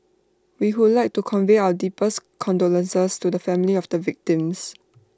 we would like to convey our deepest condolences to the families of the victims